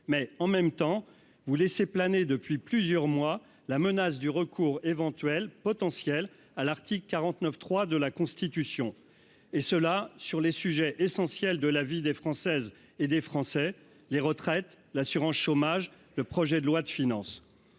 mais en même temps vous laisser planer depuis plusieurs mois, la menace du recours éventuel potentiel à l'article 49 3 de la Constitution et cela sur les sujets essentiels de la vie des Françaises et des Français, les retraites, l'assurance-chômage, le projet de loi de finances,